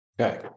Okay